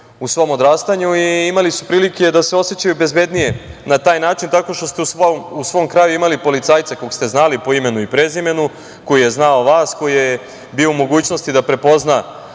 u svom odrastanju i imali su prilike da se osećaju bezbednije na taj način, tako što ste u svom kraju imali policajca kog ste znali po imenu i prezimenu, koji je znao vas, koji je bio u mogućnosti da prepozna